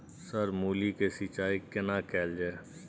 Sir मूली के सिंचाई केना कैल जाए?